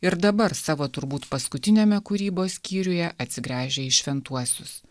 ir dabar savo turbūt paskutiniame kūrybos skyriuje atsigręžia į šventuosius